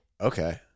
Okay